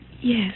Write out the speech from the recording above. Yes